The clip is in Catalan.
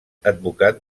advocat